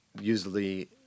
Usually